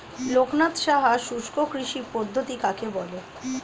লোকনাথ সাহা শুষ্ককৃষি পদ্ধতি কাকে বলে?